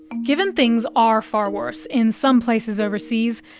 given things are far worse in some places overseas,